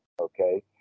Okay